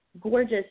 gorgeous